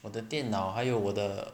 我的电脑还有我的